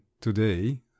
today